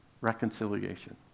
reconciliation